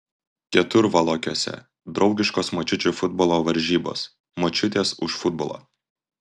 keturvalakiuose draugiškos močiučių futbolo varžybos močiutės už futbolą